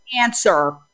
answer